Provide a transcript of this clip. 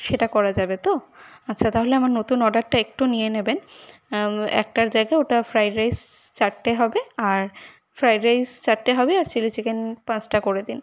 সেটা করা যাবে তো আচ্ছা তাহলে আমার নতুন অর্ডারটা একটু নিয়ে নেবেন একটার জায়গায় ওটা ফ্রায়েড রাইস চারটে হবে আর ফ্রায়েড রাইস চারটে হবে আর চিলি চিকেন পাঁচটা করে দিন